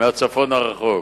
מהצפון הרחוק.